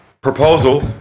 Proposal